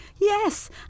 Yes